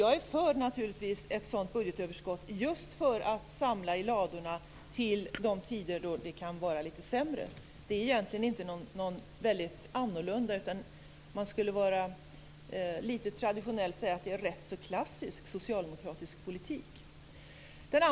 Jag är naturligtvis för ett sådant budgetöverskott just för att samla i ladorna till de tider då det kan vara litet sämre. Det är egentligen inte något som är väldigt annorlunda. Om man skulle vara litet traditionell kunde man säga att det är rätt klassisk socialdemokratisk politik.